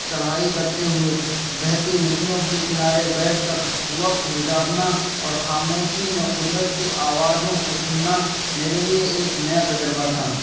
چڑھائی کرتے ہوئے بہتی ندیوں کی کنارے بیٹھ کر وقت گزارنا اور خاموشی میں قدرت کی آوازوں کو سننا میرے لیے یک نیا تجربہ تھا